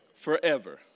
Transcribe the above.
Forever